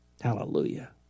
Hallelujah